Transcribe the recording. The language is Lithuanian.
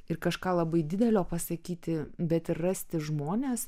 ir kažką labai didelio pasakyti bet ir rasti žmones